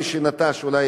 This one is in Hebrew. עונתי,